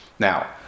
Now